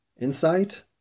insight